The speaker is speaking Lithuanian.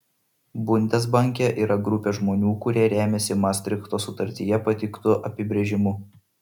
bundesbanke yra grupė žmonių kurie remiasi mastrichto sutartyje pateiktu apibrėžimu